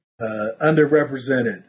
underrepresented